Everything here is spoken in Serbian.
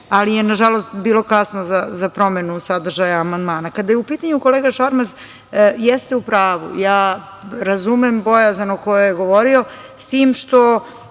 ali je, nažalost, bilo kasno za promenu sadržaja amandmana. Kada je u pitanju kolega Šormaz, jeste u pravu. Razumem bojazan o kojoj je govorio, s tim što,